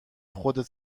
خودت